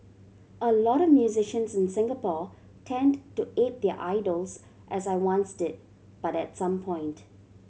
a lot of musicians in Singapore tend to ape their idols as I once did but at some point